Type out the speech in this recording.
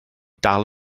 dal